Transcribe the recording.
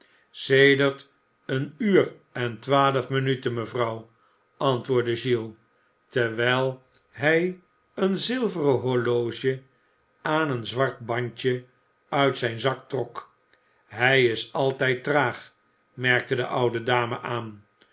sedert een uur en twaa'f minuten mevrouw antwoordde oi es terwijl hij een zi veren horloge aan een zwart bandje uit zijn zak trok hij is altijd traag merkte de oude dame aan